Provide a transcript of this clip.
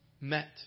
met